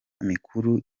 mikuru